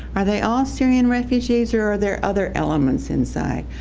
are they all syrian refugees or are there other elements inside?